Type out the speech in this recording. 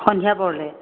সন্ধিয়া পৰলৈ